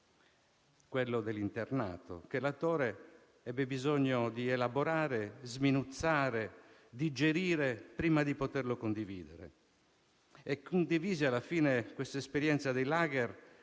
quello dell'internato, che l'attore ebbe bisogno di elaborare, sminuzzare, digerire prima di poterlo condividere. Condivise, alla fine, questa esperienza dei *lager*